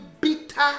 bitter